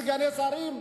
מסגני שרים,